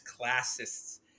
classists